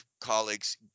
colleagues